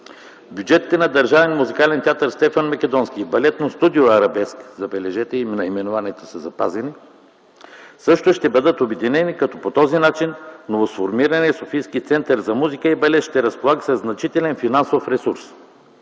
Бюджетите на Държавен музикален театър „Стефан Македонски” и балетно студио „Арабеск” – забележете, че и наименованията са запазени, също ще бъдат обединени, но по този начин новосформираният Софийски център за музика и балет ще разполага със значителен финансов ресурс.